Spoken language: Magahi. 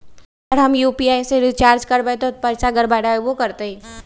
अगर हम यू.पी.आई से रिचार्ज करबै त पैसा गड़बड़ाई वो करतई?